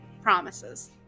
promises